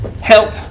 help